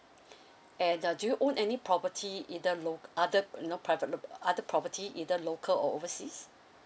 and uh do you own any property either lo~ other you know private pr~ other property either local or overseas